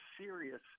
serious